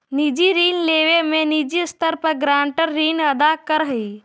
निजी ऋण लेवे में निजी स्तर पर गारंटर ऋण अदा करऽ हई